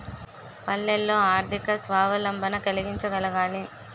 పల్లెల్లో ఆర్థిక స్వావలంబన కలిగించగలగాలి